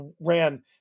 ran